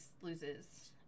loses